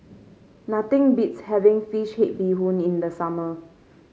nothing beats having fish head Bee Hoon in the summer